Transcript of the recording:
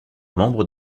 membres